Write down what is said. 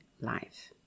life